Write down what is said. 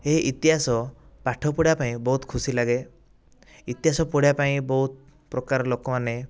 ଏଇ ଇତିହାସ ପାଠ ପଢିବା ପାଇଁ ବହୁତ ଖୁସି ଲାଗେ ଇତିହାସ ପଢିବା ପାଇଁ ବହୁତ ପ୍ରକାରର ଲୋକମାନେ